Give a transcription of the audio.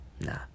Nah